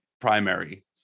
primary